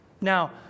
Now